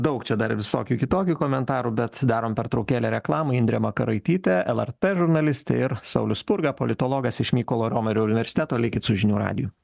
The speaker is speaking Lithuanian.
daug čia dar visokių kitokių komentarų bet darom pertraukėlę reklamai indrė makaraitytė lrt žurnalistė ir saulius spurga politologas iš mykolo romerio universiteto likit su žinių radiju